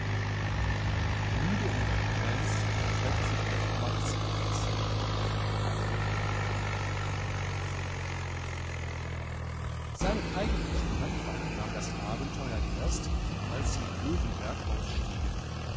müde und bekränzt streckt sich der sommer ins gras heinrich mann seinen eigentlichen anfang nahm das abenteuer erst als sie in löwenberg ausstiegen